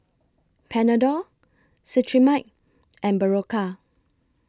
Panadol Cetrimide and Berocca